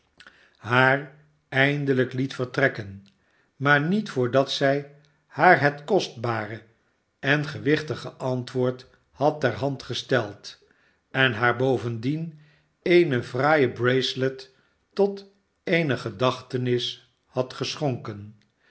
haar eindelijk liet vertrekken maar niet voordat zij haar het kostbare en gewichtige antwoord had ter hand gesteld en haar bovendien eene fraaie bracelet tot eene gedachtenis had geschonken